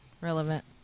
relevant